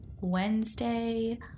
Wednesday